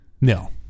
No